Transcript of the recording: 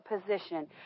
position